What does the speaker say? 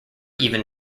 even